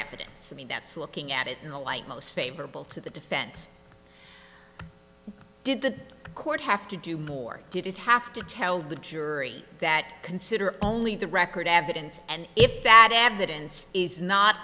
evidence i mean that's looking at it in the light most favorable to the defense did the court have to do more did it have to tell the jury that consider only the record evidence and if that evidence is not